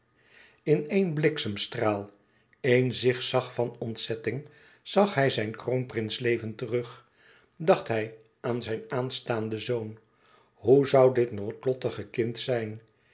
in éen bliksemstraal éen zigzag van ontzetting zag hij zijn kroonprinsleven terug dacht hij aan zijn aanstaanden zoon hoe zoû dit noodlottige kind zijn